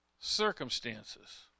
circumstances